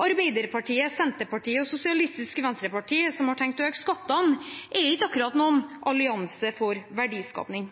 Arbeiderpartiet, Senterpartiet og Sosialistisk Venstreparti, som har tenkt å øke skattene, er ikke akkurat noen allianse for verdiskapning.